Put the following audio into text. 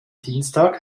dienstag